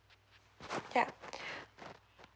yup